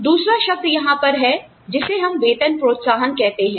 दूसरा शब्द यहां पर है जिसे हम वेतन प्रोत्साहन कहते हैं